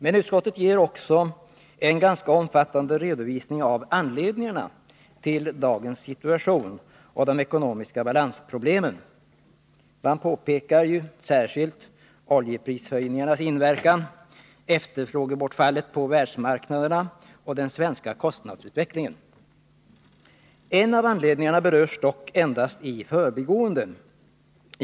Men utskottet ger också en ganska omfattande redovisning av anledningarna till dagens situation och de ekonomiska balansproblemen. Man påpekar särskilt oljeprishöjningarnas inverkan, efterfrågebortfallet på världsmarknaderna och den svenska kostnadsutvecklingen. En av anledningarna berörs dock endast i förbigående.